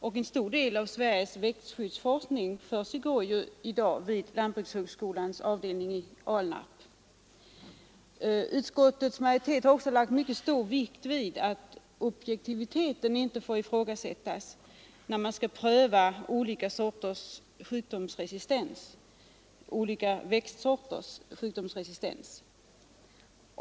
Och en stor del av Sveriges växtskyddsforskning försiggår ju i dag vid lantbrukshögskolans avdelning i Alnarp. Utskottsmajoriteten har också lagt mycket stor vikt vid att objektiviteten inte får ifrågasättas när man skall pröva olika växtsorters sjukdomsresistens.